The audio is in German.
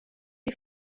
die